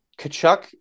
Kachuk